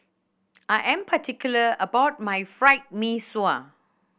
I am particular about my Fried Mee Sua